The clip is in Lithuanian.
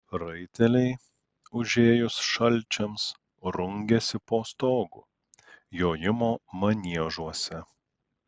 raiteliai užėjus šalčiams rungiasi po stogu jojimo maniežuose